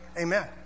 Amen